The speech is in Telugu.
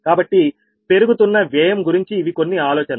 కాబట్టి పెరుగుతున్న వ్యయం గురించి ఇవి కొన్ని ఆలోచనలు